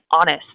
honest